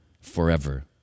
forever